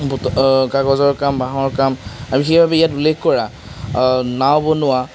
কাগজৰ কাম বাঁহৰ কাম আৰু সেইবাবে ইয়াত উল্লেখ কৰা নাওঁ বনোৱা